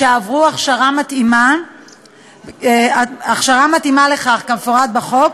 שעברו הכשרה מתאימה לכך כמפורט בחוק,